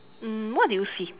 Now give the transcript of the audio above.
mm what do you see